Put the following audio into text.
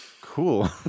cool